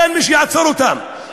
אין מי שיעצור אותם,